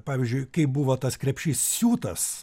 pavyzdžiui kaip buvo tas krepšys siūtas